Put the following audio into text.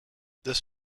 this